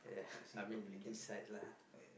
you see properly can